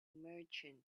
merchant